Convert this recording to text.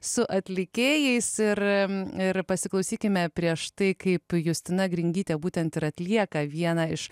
su atlikėjais ir ir pasiklausykime prieš tai kaip justina gringytė būtent ir atlieka vieną iš